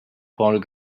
paul